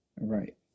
right